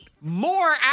more